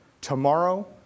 Tomorrow